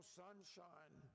sunshine